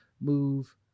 move